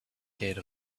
gate